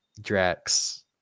drax